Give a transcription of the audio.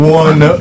one